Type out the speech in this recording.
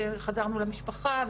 וחזרנו למשפחה,